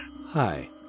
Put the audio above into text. Hi